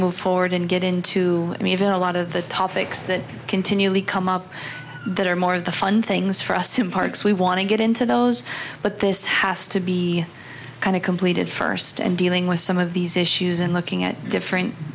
move forward and get into even a lot of the topics that continually come up that are more of the fun things for us in parks we want to get into those but this has to be kind of completed first and dealing with some of these issues and looking at different